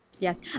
Yes